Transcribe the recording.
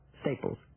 Staples